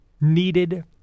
needed